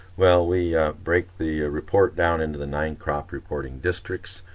well we break the report down into the nine crop reporting districts.